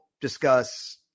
discuss